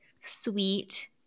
sweet